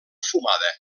fumada